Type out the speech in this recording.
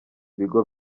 bigo